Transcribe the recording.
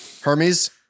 Hermes